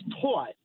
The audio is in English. taught